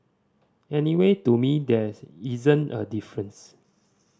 anyway to me there isn't a difference